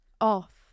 Off